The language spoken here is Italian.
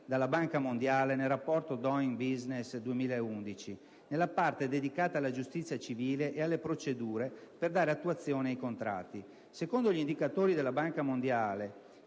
dalla Banca Mondiale nel rapporto *Doing Business* 2011, nella parte dedicata alla giustizia civile e alle procedure per dare attuazione ai contratti. Secondo gli indicatori della Banca Mondiale,